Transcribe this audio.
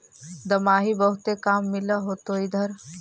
दमाहि बहुते काम मिल होतो इधर?